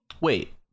Wait